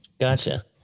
Gotcha